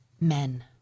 Men